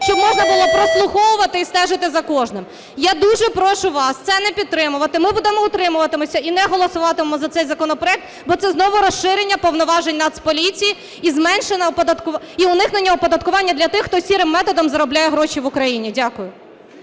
щоб можна було прослуховувати і стежити за кожним. Я дуже прошу вас, це не підтримувати. Ми будемо утримуватися і не голосуватимемо за цей законопроект, бо це знову розширення повноважень Нацполіції і уникнення оподаткування для тих, хто "сірим" методом заробляє гроші в Україні. Дякую.